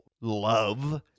love